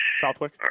Southwick